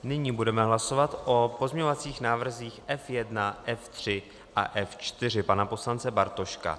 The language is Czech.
Nyní budeme hlasovat o pozměňovacích návrzích F1, F3 a F4 pana poslance Bartoška.